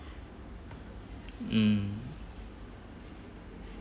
mm